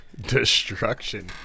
Destruction